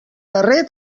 darrer